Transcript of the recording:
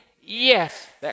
Yes